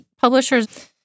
Publishers—